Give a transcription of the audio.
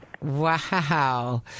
wow